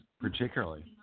particularly